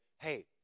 hey